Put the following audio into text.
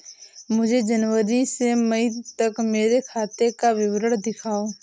मुझे जनवरी से मई तक मेरे खाते का विवरण दिखाओ?